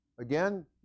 again